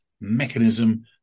mechanism